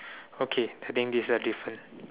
okay I think this the difference